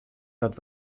dat